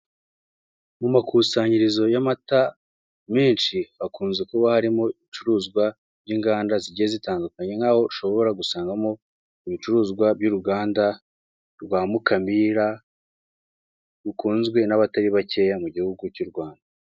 Mu makusanyirizo y'amata menshi hakunze kuba hari, ibicuruzwa by'inganda zigiye zitandukanye nk'aho ushobora gusangamo, ibicuruzwa by'uruganda rwa mukamira rukunzwe n'abatari bakeya mu gihugu cy'uRwanda.